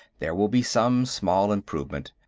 there will be some small improvement.